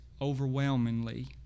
overwhelmingly